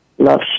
Love